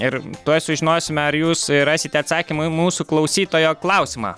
ir tuoj sužinosime ar jūs rasite atsakymą į mūsų klausytojo klausimą